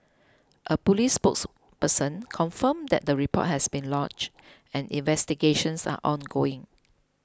a police spokesperson confirmed that the report has been lodged and investigations are ongoing